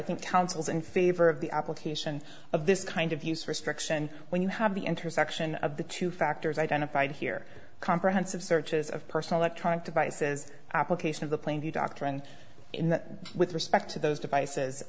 think counsels in favor of the application of this kind of use restriction when you have the intersection of the two factors identified here comprehensive searches of personal the trunk devices application of the plane the doctrine in with respect to those devices